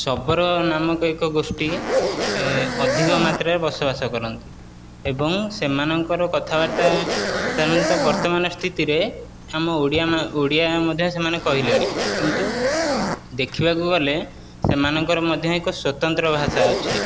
ଶବର ନାମକ ଏକ ଗୋଷ୍ଠୀ ଅଧିକ ମାତ୍ରାରେ ବସବାସ କରନ୍ତି ଏବଂ ସେମାନଙ୍କର କଥାବାର୍ତ୍ତା ସେମାନେ ତ ବର୍ତ୍ତମାନ ସ୍ଥିତିରେ ଆମ ଓଡ଼ିଆ ଓଡ଼ିଆ ମଧ୍ୟ ସେମାନେ କହିଲେଣି କିନ୍ତୁ ଦେଖିବାକୁ ଗଲେ ସେମାଙ୍କର ମଧ୍ୟ ଏକ ସ୍ୱତନ୍ତ୍ର ଭାଷା ଅଛି